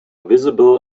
visible